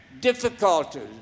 difficulties